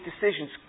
decisions